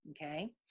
okay